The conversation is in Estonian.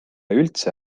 üldse